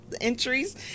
entries